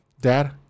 Dad